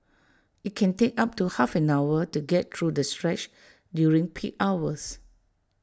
IT can take up to half an hour to get through the stretch during peak hours